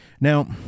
Now